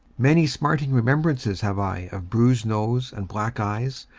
many smarting remembrances have i of bruised nose and black eyes,